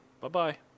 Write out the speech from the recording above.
Bye-bye